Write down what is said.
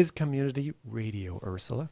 s community radio or soul